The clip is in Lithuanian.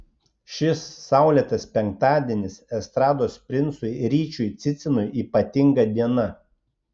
šis saulėtas penktadienis estrados princui ryčiui cicinui ypatinga diena